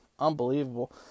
Unbelievable